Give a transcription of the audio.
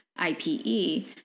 IPE